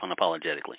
unapologetically